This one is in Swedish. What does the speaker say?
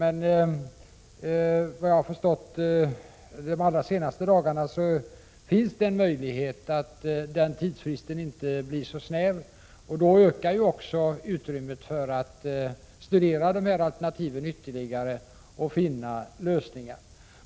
Enligt vad jag har fått uppgift om under de allra senaste dagarna finns det en möjlighet att tidsfristen inte blir så snävt tilltagen, och då ökar utrymmet för att studera alternativen ytterligare och finna lösningar.